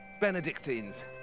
Benedictines